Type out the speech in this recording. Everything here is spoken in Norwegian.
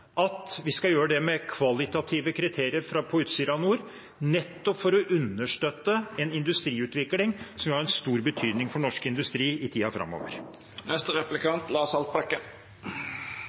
at vi skal gjøre det med kvalitative kriterier på Utsira Nord, nettopp for å understøtte en industriutvikling som vil ha en stor betydning for norsk industri i tiden framover.